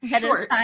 short